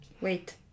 Wait